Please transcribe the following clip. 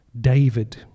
David